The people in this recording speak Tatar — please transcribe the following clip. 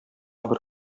бер